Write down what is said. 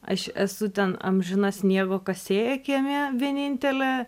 aš esu ten amžina sniego kasėja kieme vienintelė